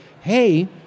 hey